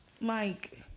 Mike